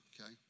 Okay